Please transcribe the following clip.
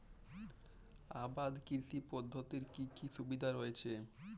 আবাদ কৃষি পদ্ধতির কি কি সুবিধা রয়েছে?